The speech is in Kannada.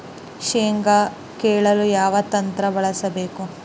ಶೇಂಗಾ ಕೇಳಲು ಯಾವ ಯಂತ್ರ ಬಳಸಬೇಕು?